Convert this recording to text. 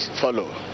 follow